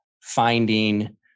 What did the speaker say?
finding